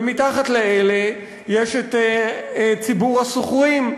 ומתחת לאלה יש את ציבור השוכרים,